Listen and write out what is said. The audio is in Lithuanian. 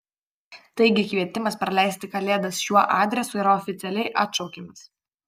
taigi kvietimas praleisti kalėdas šiuo adresu yra oficialiai atšaukiamas